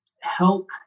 help